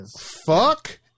Fuck